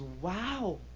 wow